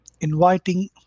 inviting